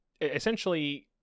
essentially